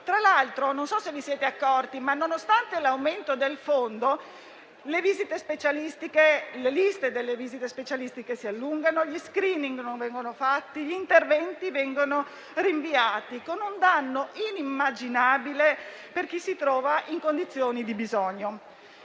Tra l'altro - non so se ve ne siete accorti - ma, nonostante l'aumento del fondo, le liste delle visite specialistiche si allungano, gli *screening* non vengono fatti e gli interventi rinviati, con un danno inimmaginabile per chi si trova in condizioni di bisogno.